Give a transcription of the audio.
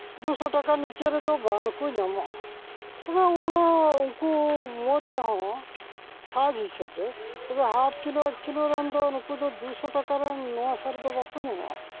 ᱫᱩᱥᱚ ᱪᱟᱠᱟ ᱱᱤᱪᱮ ᱨᱮᱫᱚ ᱵᱟᱝᱠᱚ ᱧᱟᱢᱚᱜᱼᱟ ᱛᱚᱵᱮ ᱚᱱᱟ ᱩᱱᱠᱩ ᱢᱩᱫᱽ ᱨᱮᱦᱚᱸ ᱥᱟᱡᱽ ᱦᱤᱥᱟᱹᱵᱽ ᱨᱮ ᱛᱚᱵᱮ ᱦᱟᱯ ᱠᱤᱞᱮ ᱮᱠ ᱠᱤᱞᱳ ᱜᱟᱱ ᱱᱩᱠᱩ ᱫᱚ ᱫᱩᱥᱚ ᱴᱟᱠᱟ ᱨᱮᱱ ᱱᱚᱣᱟ ᱥᱟᱨ ᱫᱚ ᱵᱟᱠᱚ ᱧᱟᱢᱚᱜᱼᱟ